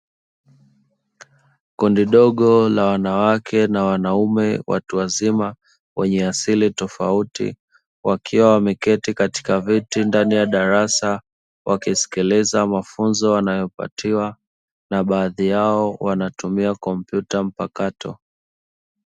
Kundi dogo la wanawake na wanaume watu wazima wenye asili tofauti wakiwa wameketi katika viti ndani ya darasa wakisikiliza mafunzo wanayopatiwa na baadhi yao wanatumia kompyuta mpakato.